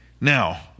Now